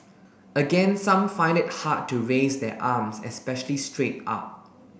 again some find it hard to raise their arms especially straight up